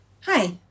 Hi